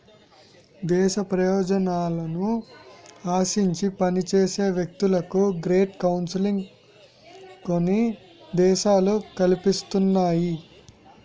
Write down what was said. దేశ ప్రయోజనాలను ఆశించి పనిచేసే వ్యక్తులకు గ్రేట్ కౌన్సిలింగ్ కొన్ని దేశాలు కల్పిస్తున్నాయి